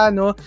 no